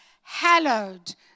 hallowed